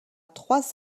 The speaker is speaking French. trois